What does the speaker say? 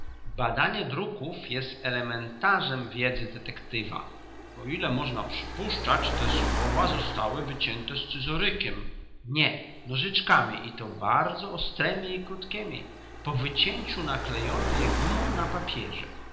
badanie druków jest elementarzem wiedzy detektywa o ile można przypuszczać te słowa zostały wycięte scyzorykiem nie nożyczkami i to bardzo ostremi i krótkiemi po wycięciu naklejono je gumą na papierze